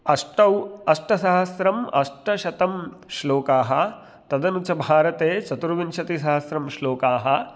अष्टौ अष्टसहस्रम् अष्टशतं श्लोकाः तदनु च भारते चतुर्विंशतिसहस्रं श्लोकाः